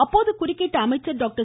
அப்போது குறுக்கிட்ட அமைச்சர் டாக்டர்